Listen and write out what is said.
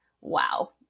wow